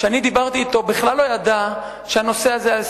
שאני דיברתי אתו בכלל לא ידע שהנושא הזה על סדר-היום.